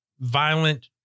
violent